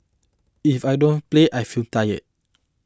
if I don't play I feel tired